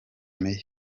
mayor